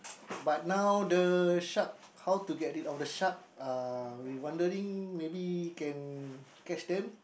but now the shark how to get rid of the shark uh we wondering maybe can catch them